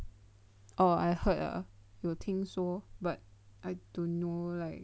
orh I heard ah I think so but I don't know like